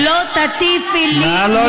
את לא תטיפי לי מוסר.